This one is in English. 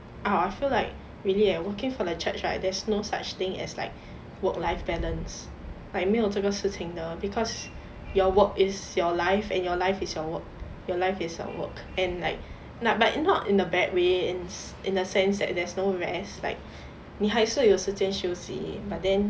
I I feel like really eh working for the church right there's no such thing as like work life balance like 沒有这个事情的 because your work is your life and your life is your work your life is your work and like not but not in a bad way in a sense that there's no rest like 你还是有时间休息 but then